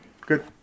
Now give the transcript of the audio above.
Good